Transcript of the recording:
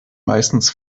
meistens